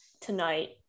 tonight